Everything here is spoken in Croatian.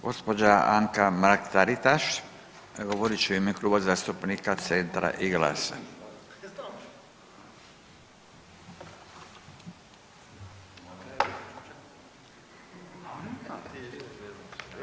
Gospođa Anka Mrak Taritaš govorit će u ime Kluba zastupnika Centra i GLAS-a.